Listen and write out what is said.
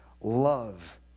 love